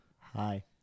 Hi